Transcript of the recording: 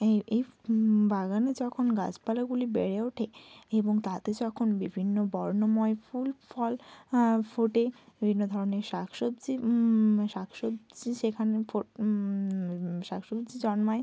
এই এই বাগানে যখন গাছপালাগুলি বেড়ে ওঠে এবং তাতে যখন বিভিন্ন বর্ণময় ফুল ফল ফোটে বিভিন্ন ধরনের শাক সবজি শাক সবজি যেখানে শাক সবজি জন্মায়